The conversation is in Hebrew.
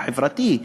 החברתי,